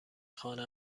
خانه